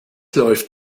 läuft